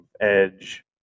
Edge